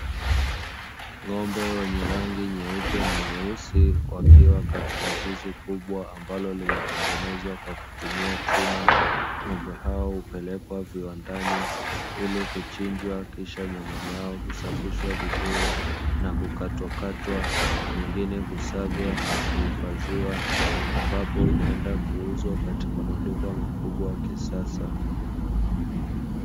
Ng'ombe wenye rangi nyeupe na nyeusi wakiwa katika zizi kubwa ambalo limetengezwa kwa kutumia chuma. Ng'ombe hao hupelekwa viwandani ili kuchinjwa kisha nyama yao husafishwa vizuri na kukatwa katwa, nyingine husagwa na kuhifadhiwa ambapo zinaenda kuuzwa katika maduka makubwa ya kisasa.